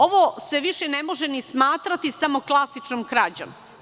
Ovo se više ne može ni smatrati samo klasičnom krađom.